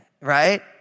Right